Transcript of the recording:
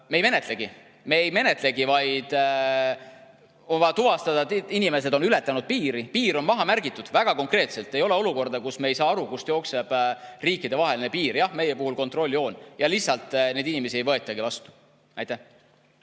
Me ei menetle [midagi], on vaja tuvastada, et inimesed on ületanud piiri. Piir on maha märgitud väga konkreetselt. Ei ole olukorda, kus me ei saa aru, kust jookseb riikidevaheline piir. Jah, meie puhul on see kontrolljoon, aga lihtsalt, neid inimesi ei võetagi vastu. Aitäh